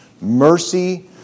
mercy